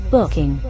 Booking